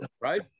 right